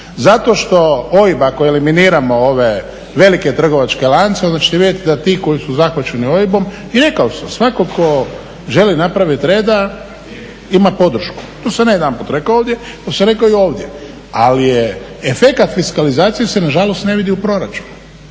Zato što OIB ako eliminiramo ove velike trgovačke lance onda ćete vidjeti da ti koji su zahvaćeni OIB-om, i rekao sam, svatko tko želi napraviti reda ima podršku. To sam ne jedanput rekao ovdje, to sam rekao i ovdje. Ali je efekat fiskalizacije se nažalost ne vidi u proračunu.